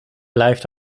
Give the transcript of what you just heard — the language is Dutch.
blijft